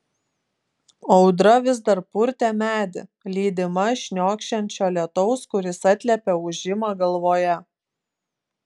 audra vis dar purtė medį lydima šniokščiančio lietaus kuris atliepė ūžimą galvoje